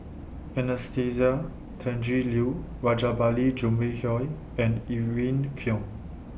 Anastasia Tjendri Liew Rajabali Jumabhoy and Irene Khong